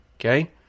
Okay